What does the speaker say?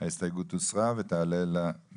הצבעה ההסתייגות לא נתקבלה ההסתייגות הוסרה ותעלה למליאה.